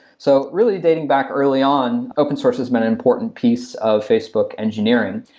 so, really dating back early on, open source has been an important piece of facebook engineering.